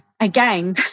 Again